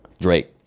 Drake